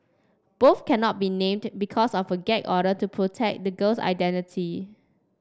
both cannot be named because of gag order to protect the girl's identity